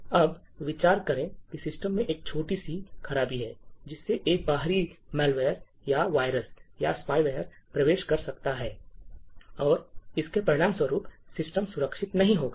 अब विचार करें कि सिस्टम में एक छोटी सी खराबी है जिससे एक बाहरी मैलवेयर या वायरस या स्पायवेयर प्रवेश कर सकता है और इसके परिणामस्वरूप सिस्टम सुरक्षित नहीं होगा